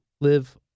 live